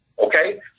Okay